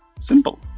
Simple